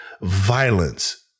violence